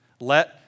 Let